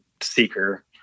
seeker